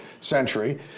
century